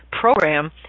program